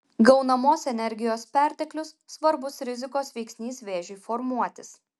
gaunamos energijos perteklius svarbus rizikos veiksnys vėžiui formuotis